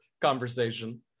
conversation